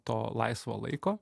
to laisvo laiko